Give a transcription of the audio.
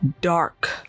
dark